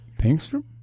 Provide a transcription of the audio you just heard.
Pinkstrom